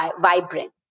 vibrant